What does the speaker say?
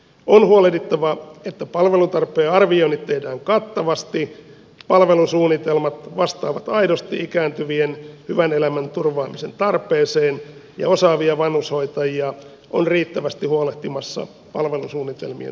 on huolehdittava että palvelutarpeen arvioinnit tehdään kattavasti palvelusuunnitelmat vastaavat aidosti ikääntyvien hyvän elämän turvaamisen tarpeeseen ja osaavia vanhushoitajia on riittävästi huolehtimassa palvelusuunnitelmien toteutumisesta